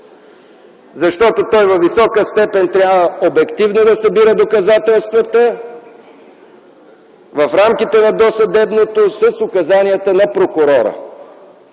началник. Във висока степен той трябва обективно да събира доказателствата в рамките на досъдебното, с указанията на прокурора.